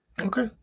Okay